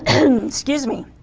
and excuse me